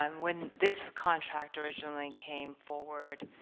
um when this contract originally came forward